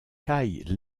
caille